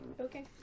Okay